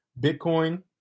Bitcoin